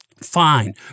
fine